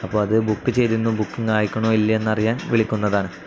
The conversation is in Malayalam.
അപ്പം അത് ബുക്ക് ചെയ്തിരുന്നു ബുക്കിങ് ആയിക്കാണോ ഇല്ലയോന്ന് അറിയാൻ വിളിക്കുന്നതാണ്